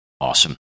awesome